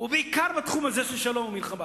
ובעיקר בתחום הזה של שלום ומלחמה.